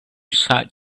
sat